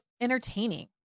entertaining